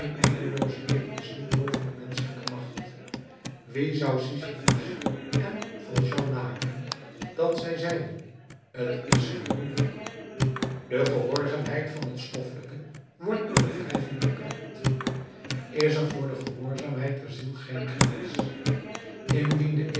eindelooze ketens niet boven de menschelijke macht wie zou sysiphus en valjean laken dat zij zeiden t is genoeg de gehoorzaamheid van het stoffelijke wordt door de wrijving beperkt is er voor de gehoorzaamheid der ziel geen grens indien de